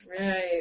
Right